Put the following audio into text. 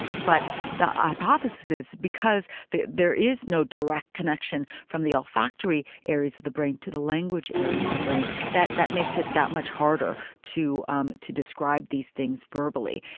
but the ah hypothesis is because there is no direct connection from the olfactory areas of the brain to the language areas of the brain, that that makes it that much harder to um to describe these things verbally.